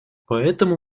поэтому